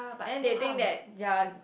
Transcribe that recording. and then they think that they're